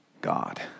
God